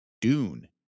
Dune